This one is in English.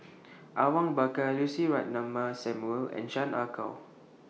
Awang Bakar Lucy Ratnammah Samuel and Chan Ah Kow